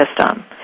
system